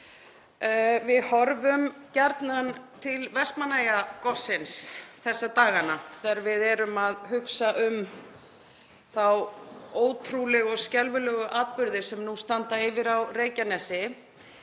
Við horfum gjarnan til Vestmannaeyjagossins þessa dagana þegar við erum að hugsa um þá ótrúlegu og skelfilegu atburði sem nú standa yfir á Reykjanesi.